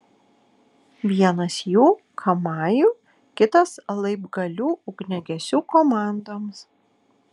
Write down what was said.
vienas jų kamajų kitas laibgalių ugniagesių komandoms